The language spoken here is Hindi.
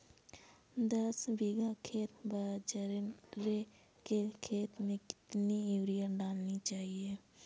दस बीघा के बाजरे के खेत में कितनी यूरिया डालनी चाहिए?